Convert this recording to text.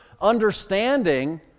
understanding